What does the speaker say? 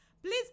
Please